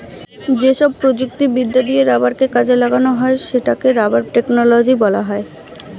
যেসব প্রযুক্তিবিদ্যা দিয়ে রাবারকে কাজে লাগানো হয় সেটাকে রাবার টেকনোলজি বলা হয়